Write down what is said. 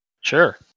Sure